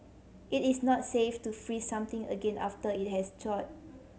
it is not safe to freeze something again after it has thawed